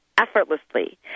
effortlessly